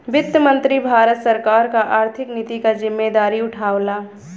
वित्त मंत्री भारत सरकार क आर्थिक नीति क जिम्मेदारी उठावला